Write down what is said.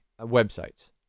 websites